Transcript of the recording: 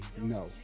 No